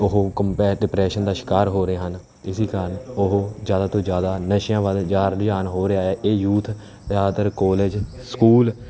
ਉਹ ਕੋਮਪੈਟ ਡਿਪਰੈਸ਼ਨ ਦਾ ਸ਼ਿਕਾਰ ਹੋ ਰਹੇ ਹਨ ਇਸੇ ਕਾਰਨ ਉਹ ਜ਼ਿਆਦਾ ਤੋਂ ਜ਼ਿਆਦਾ ਨਸ਼ਿਆਂ ਵੱਲ ਜਾ ਰੁਝਾਨ ਹੋ ਰਿਹਾ ਹੈ ਇਹ ਯੂਥ ਜ਼ਿਆਦਾਤਰ ਕੋਲਜ ਸਕੂਲ